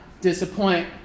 disappoint